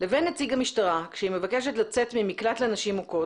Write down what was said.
לבין נציג המשטרה כשהיא מבקשת ממקלט לנשים מוכות,